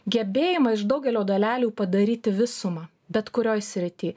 gebėjimą iš daugelio dalelių padaryti visumą bet kurioj srity